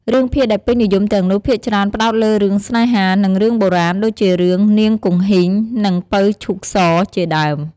រឿងភាគដែលពេញនិយមទាំងនោះ ភាគច្រើនផ្ដោតលើរឿងស្នេហា និងរឿងបុរាណ ដូចជារឿង 'នាងគង្ហីង' និង 'ពៅឈូកស' ជាដើម។